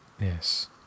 yes